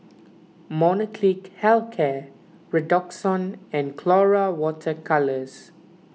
Molnylcke hell care Redoxon and Colora Water Colours